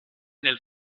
nel